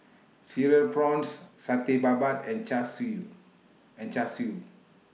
Cereal Prawns Satay Babat and Char Siu and Char Siu